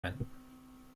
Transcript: ein